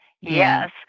Yes